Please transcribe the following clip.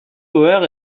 boers